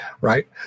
right